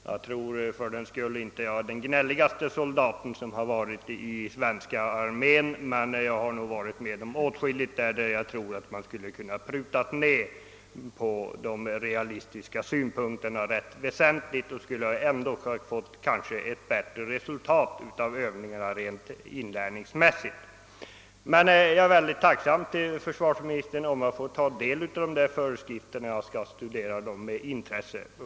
Jag tror fördenskull inte att jag är den gnälligaste soldat som funnits i svenska armén, men jag har varit med om åtskilligt, där man nog skulle ha kunnat pruta på de realistiska synpunkterna ganska väsentligt och kanske ändock kunnat uppnå ett bättre resultat av övningarna rent inlärningsmässigt. Jag är emellertid tacksam mot försvarsministern om jag får ta del av föreskrifterna. Jag skall studera dem med intresse.